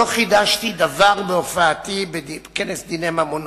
לא חידשתי דבר בהופעתי בכנס דיני ממונות,